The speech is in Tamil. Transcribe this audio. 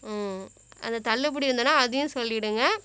ம் அந்தத் தள்ளுபடி இருந்ததுனா அதையும் சொல்லிவிடுங்க